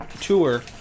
tour